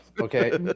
Okay